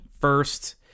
first